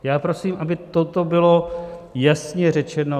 Já prosím, aby toto bylo jasně řečeno.